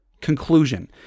conclusion